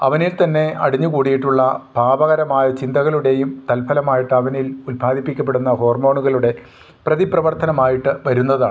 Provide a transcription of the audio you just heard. അവനിൽ തന്നെ അടിഞ്ഞ് കൂടിയിട്ടുള്ള പാപകരമായ ചിന്തകളുടെയും തൽഫലമായിട്ട് അവനിൽ ഉൽപാദിപ്പിക്കപ്പെടുന്ന ഹോർമോണ്കളുടെ പ്രതി പ്രവർത്തനമായിട്ട് വരുന്നതാണ്